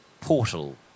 portal